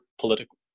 political